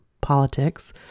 politics